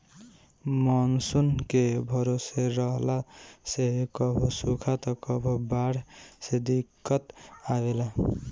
monsoon के भरोसे रहला से कभो सुखा त कभो बाढ़ से दिक्कत आवेला